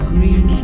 Green